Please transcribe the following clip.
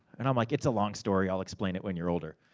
and i'm like, it's a long story, i'll explain it when you're older.